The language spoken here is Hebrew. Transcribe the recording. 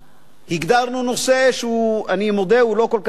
הגדרנו נושא שאני מודה שהוא לא כל כך פשוט,